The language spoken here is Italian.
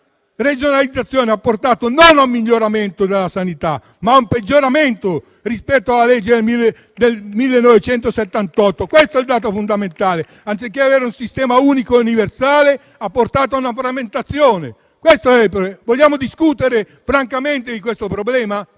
regionalizzazione non ha portato un miglioramento della sanità, ma un peggioramento rispetto alla legge n. 833 del 1978. Anziché avere un sistema unico e universale, ha portato a una frammentazione. Vogliamo discutere francamente di questo problema?